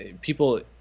people